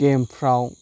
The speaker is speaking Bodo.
गेमफ्राव